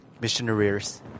missionaries